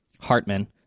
Hartman